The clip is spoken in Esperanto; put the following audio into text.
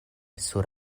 sur